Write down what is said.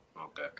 okay